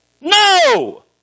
No